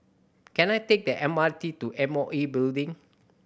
can I take the M R T to M O E Building